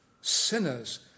sinners